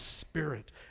Spirit